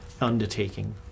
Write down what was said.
undertaking